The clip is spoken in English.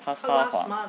他撒谎